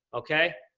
okay?